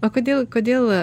o kodėl kodėl